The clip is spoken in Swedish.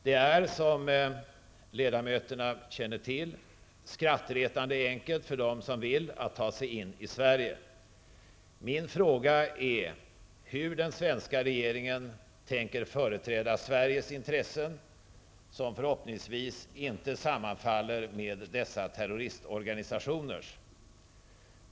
Det är, som ledamöterna känner till, skrattretande enkelt för dem som vill att ta sig in i Sverige. Min fråga är hur den svenska regeringen tänker företräda Sveriges intressen, som förhoppningsvis inte sammanfaller med dessa terroristorganisationers.